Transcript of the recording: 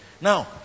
Now